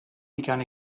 began